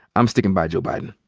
i'm sticking by joe biden.